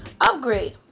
upgrade